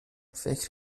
فکر